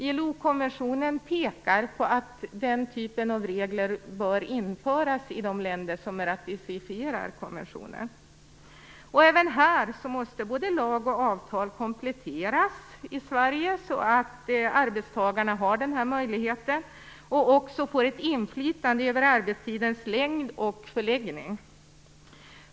ILO-konventionen pekar på att den typen av regler bör införas i de länder som ratificerar konventionen. Även här måste både lag och avtal kompletteras i Sverige, så att arbetstagarna får denna möjlighet och får ett inflytande över arbetstidens längd och förläggning.